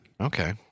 Okay